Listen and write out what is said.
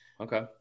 Okay